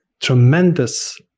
tremendous